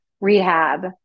rehab